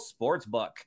Sportsbook